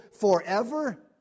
forever